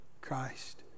Christ